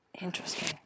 Interesting